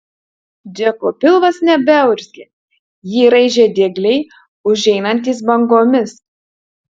džeko pilvas nebeurzgė jį raižė diegliai užeinantys bangomis